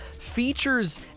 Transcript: features